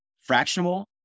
fractional